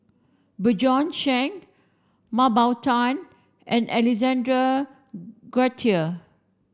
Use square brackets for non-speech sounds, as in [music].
Bjorn Shen Mah Bow Tan and Alexander [unintelligible] Guthrie